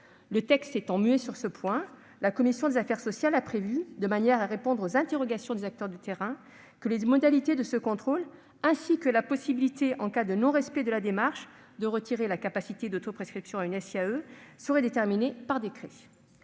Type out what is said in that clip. Le texte étant muet sur ce point, la commission des affaires sociales a prévu, de manière à répondre aux interrogations des acteurs de terrain, qu'un décret déterminerait les modalités de ce contrôle ainsi que la possibilité, en cas de non-respect de la démarche, de retirer la capacité d'autoprescription à une SIAE. Notre commission a en